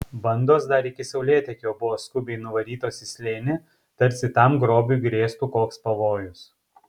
bandos dar iki saulėtekio buvo skubiai nuvarytos į slėnį tarsi tam grobiui grėstų koks pavojus